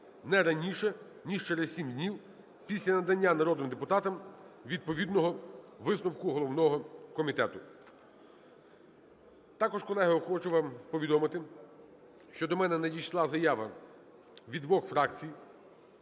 не раніше ніж через 7 днів після надання народним депутатам відповідного висновку головного комітету. Також, колеги, хочу вам повідомити, що до мене надійшла заява від двох фракцій